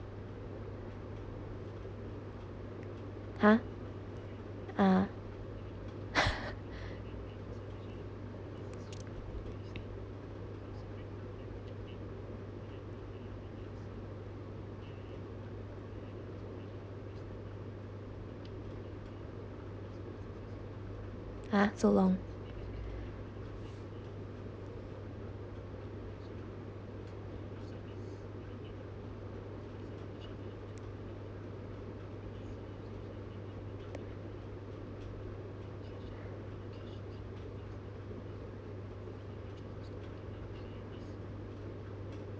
ha ah ha so long